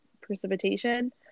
precipitation